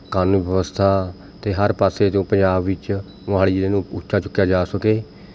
ਕਾਨੂੰਨ ਵਿਵਸਥਾ ਅਤੇ ਹਰ ਪਾਸੇ ਜੋ ਪੰਜਾਬ ਵਿੱਚ ਮੋਹਾਲੀ ਜ਼ਿਲ੍ਹੇ ਨੂੰ ਉੱਚਾ ਚੁੱਕਿਆ ਜਾ ਸਕੇ